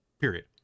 Period